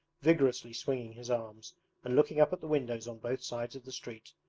vigorously swinging his arms and looking up at the windows on both sides of the street.